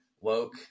woke